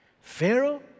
Pharaoh